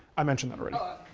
i mentioned that already. oh,